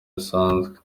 bisanzwe